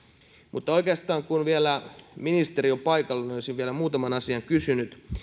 mutta oikeastaan kun ministeri on vielä paikalla olisin vielä muutaman asian kysynyt